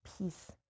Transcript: peace